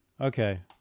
Okay